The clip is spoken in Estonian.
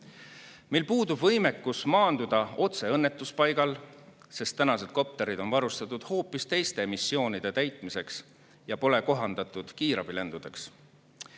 Meil puudub võimekus maanduda otse õnnetuspaigale, sest need kopterid on varustatud hoopis teiste missioonide täitmiseks ja pole kohandatud kiirabilendudeks.